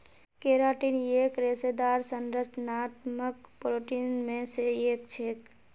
keratin एक रेशेदार संरचनात्मक प्रोटीन मे स एक छेक